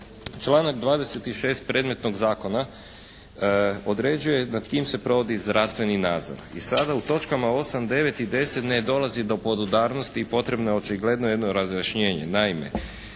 Članak 26. predmetnog zakona određuje nad kim se provodi zdravstveni nadzor i sada u točkama 8., 9. i 10. ne dolazi do podudarnosti i potrebno je očigledno jedno razjašnjenje.